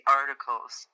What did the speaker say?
articles